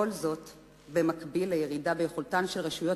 כל זה במקביל לירידה ביכולתן של רשויות